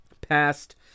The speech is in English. passed